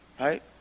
right